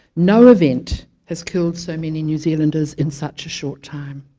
no event has killed so many new zealanders in such a short time